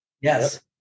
Yes